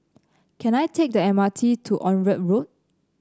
can I take the M R T to Onraet Road